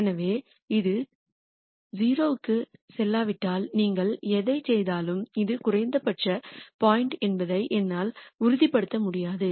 எனவே இது 0 க்குச் செல்லாவிட்டால் நீங்கள் எதைச் செய்தாலும் இது ஒரு குறைந்தபட்ச பாயிண்ட் என்பதை என்னால் உறுதிப்படுத்த முடியாது